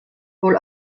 wohl